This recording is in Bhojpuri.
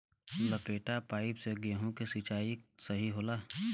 लपेटा पाइप से गेहूँ के सिचाई सही होला?